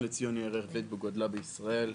לציון היא העיר הרביעית בגודלה בישראל.